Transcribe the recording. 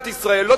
זה